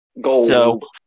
Gold